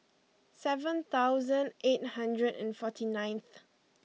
seven thousand eight hundred and forty ninth